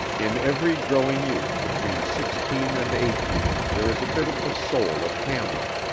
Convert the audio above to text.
in every growing youth between sixteen and eighteen there is a bit of the soul of hamlet.